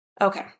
Okay